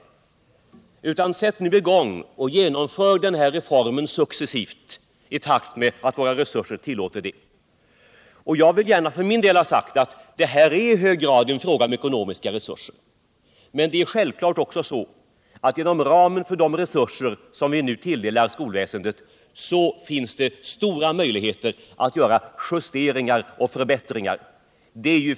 Jag skulle vilja råda dem att sätta I gång och genomföra denna reform successivt, i takt med att resurserna ullåter det. För min del vill jag ha sagt att detta i hög grad är en fråga om ekonomiska resurser. men det är självfallet också så att det inom ramen för de resurser som vi nu tilldelar skolväsendet finns stora möjligheter att göra justeringar och förbättringar.